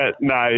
no